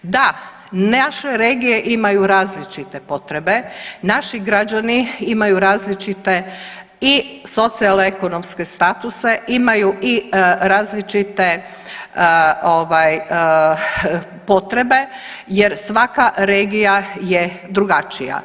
Da, naše regije imaju različite potrebe, naši građani imaju različite i socijalekonomske statuse, imaju i različite ovaj potrebe jer svaka regija je drugačija.